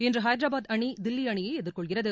இன்று ஹைதராபாத் அணி தில்வி அணியை எதிர்கொள்கிறது